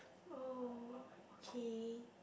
oh okay